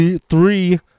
three